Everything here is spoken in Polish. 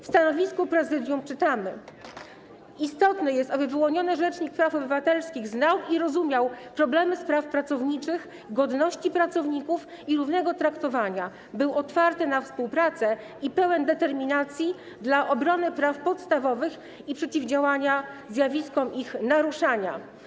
W stanowisku prezydium czytamy, że istotne jest, aby wyłoniony rzecznik praw obywatelskich znał i rozumiał problemy dotyczące spraw pracowniczych, godności pracowników i równego traktowania, był otwarty na współpracę i pełen determinacji dla obrony praw podstawowych i przeciwdziałania zjawiskom ich naruszania.